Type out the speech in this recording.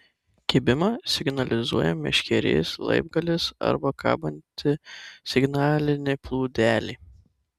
kibimą signalizuoja meškerės laibgalis arba kabanti signalinė plūdelė